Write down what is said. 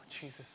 Jesus